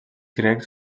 grecs